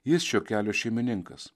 jis šio kelio šeimininkas